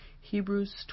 Hebrews